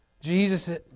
Jesus